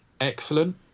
excellent